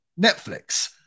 Netflix